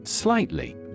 Slightly